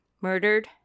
murdered